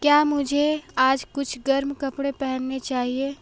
क्या मुझे आज कुछ गर्म कपड़े पहनने चाहिए